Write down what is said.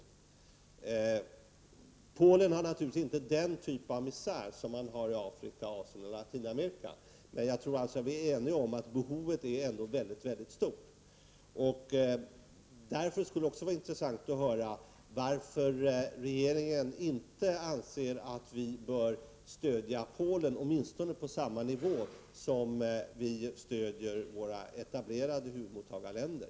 I Polen finns visserligen inte den typ av misär som man har i Afrika, Asien och Latinamerika. Jag tror dock att vi är eniga om att behovet ändock är mycket stort. Det skulle därför också vara intressant att få veta varför regeringen inte anser att vi bör stödja Polen åtminstone lika mycket som vi stöder våra etablerade huvudmottagarländer.